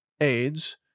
aids